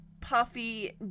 puffy